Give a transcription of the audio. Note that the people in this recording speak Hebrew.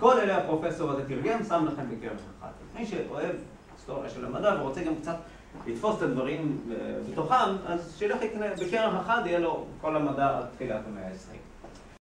‫כל אלה הפרופסור הזה תרגם, ‫שם לכם בכרך אחד. מי שאוהב היסטוריה של המדע ‫ורוצה גם קצת לתפוס את הדברים בתוכם, ‫אז שיילך יקנה, בכרך אחד ‫יהיה לו כל המידע מתחילת המאה ה-20.